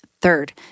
third